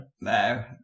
No